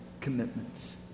commitments